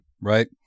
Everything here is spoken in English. right